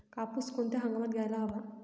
कापूस कोणत्या हंगामात घ्यायला हवा?